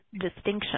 distinction